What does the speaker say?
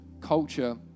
culture